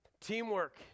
teamwork